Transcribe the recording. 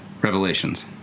revelations